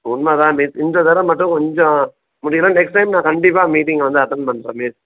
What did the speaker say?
உண்மை தான் மிஸ் இந்த தடவ மட்டும் கொஞ்சம் முடியல நெக்ஸ்ட் டைம் நான் கண்டிப்பாக மீட்டிங் வந்து அட்டண்ட் பண்ணுறேன் மிஸ்